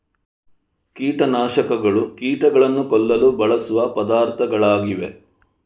ಕೀಟ ನಾಶಕಗಳು ಕೀಟಗಳನ್ನು ಕೊಲ್ಲಲು ಬಳಸುವ ಪದಾರ್ಥಗಳಾಗಿವೆ